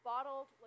Bottled